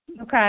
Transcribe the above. Okay